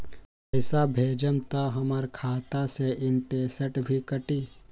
पैसा भेजम त हमर खाता से इनटेशट भी कटी?